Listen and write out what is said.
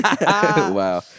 wow